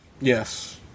Yes